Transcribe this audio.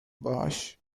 باهاش